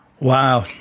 Wow